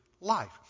life